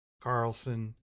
Carlson